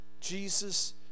Jesus